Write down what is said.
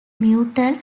mutual